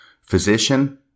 Physician